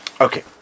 Okay